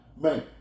Man